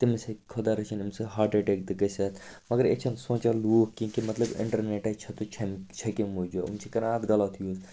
تٔمِس ہیٚکہِ خۄدا رٔچھِنۍ اَمِہ سۭتۍ ہارٹ اَٹیک تہِ گٔژھِتھ مگر ییٚتہِ چھِ نہٕ سونٛچان لوٗکھ کیٚنٛہہ کہِ مطلب اِنٹَرنیٹ ہے چھُ تہٕ چھُنہٕ چھُ کَمہِ موٗجوٗب یِم چھِ کَران اَتھ غلط یوٗز